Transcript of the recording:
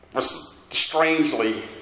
strangely